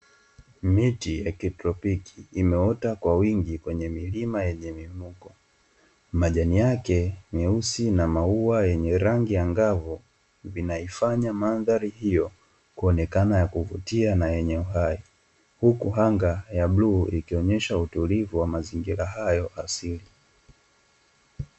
Miti ya kitropiki imeota kwa wingi kwenye milima yenye mivuko. Majani yake meusi na maua yenye rangi angavu, vinaifanya mandhari hiyo kuonekana ya kuvutia na yenye uhai. Huku anga ya bluu ikionesha utulivu wa mazingira hayo ya asili.